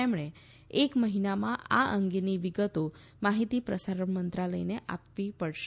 તેમણે એક મહિનામાં આ અંગેની વિગતો માહિતી પ્રસારણ મંત્રાલયને આપવી પડશે